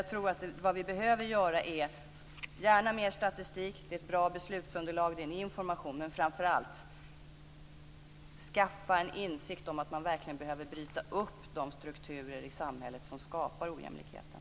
Jag vill gärna ha mer statistik - den är ett bra beslutsunderlag och en bra information - men ni måste framför allt skaffa er en insikt om att man verkligen behöver bryta upp de strukturer i samhället som skapar ojämlikheten.